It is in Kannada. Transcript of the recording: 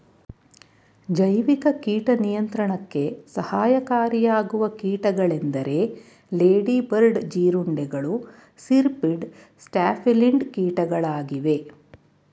ಜೈವಿಕ ಕೀಟ ನಿಯಂತ್ರಣಕ್ಕೆ ಸಹಕಾರಿಯಾಗುವ ಕೀಟಗಳೆಂದರೆ ಲೇಡಿ ಬರ್ಡ್ ಜೀರುಂಡೆಗಳು, ಸಿರ್ಪಿಡ್, ಸ್ಟ್ಯಾಫಿಲಿನಿಡ್ ಕೀಟಗಳಾಗಿವೆ